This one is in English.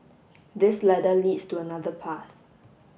this ladder leads to another path